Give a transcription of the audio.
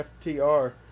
FTR